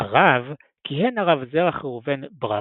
אחריו כיהן הרב זרח ראובן ברוורמן,